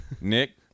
Nick